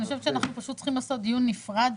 אני חושבת שאנחנו פשוט צריכים לעשות דיון נפרד,